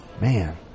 man